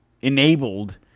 enabled